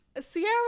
Sierra